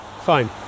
fine